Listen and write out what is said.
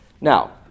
Now